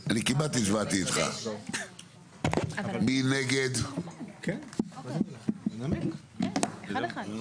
הצבעה בעד, 6 נגד, 7 נמנעים,